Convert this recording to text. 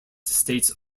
states